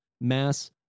Mass